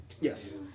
yes